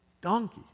donkey